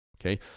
okay